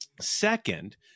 second